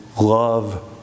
love